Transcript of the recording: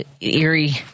eerie